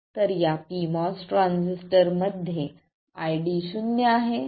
तर या pMOS transistor मध्ये ID शून्य आहे